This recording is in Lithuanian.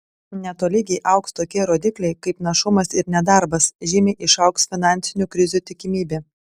netolygiai augs tokie rodikliai kaip našumas ir nedarbas žymiai išaugs finansinių krizių tikimybė